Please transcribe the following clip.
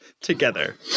together